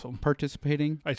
participating